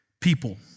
people